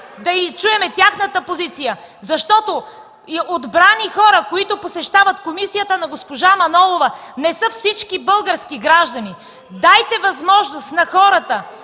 на българските граждани, защото отбрани хора, които посещават комисията на госпожа Манолова, не са всички български граждани. Дайте възможност на хората